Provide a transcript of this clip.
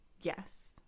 Yes